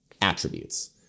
attributes